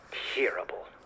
terrible